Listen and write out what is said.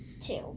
two